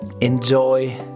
enjoy